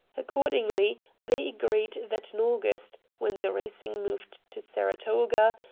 accordingly they agreed that in august, when the racing moved to saratoga,